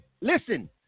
Listen